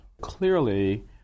Clearly